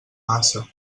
massa